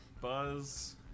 Buzz